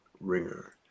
ringer